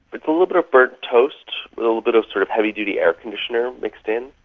it's a little bit of burnt toast, a little bit of sort of heavy duty air-conditioner mixed in,